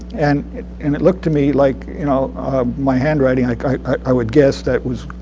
and it and it looked to me like you know my handwriting, like i would guess, that was,